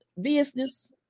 business